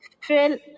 Fill